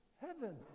Heaven